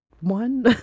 one